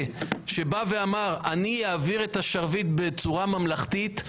שבא ואמר: אני אעביר את השרביט בצורה ממלכתית,